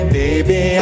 baby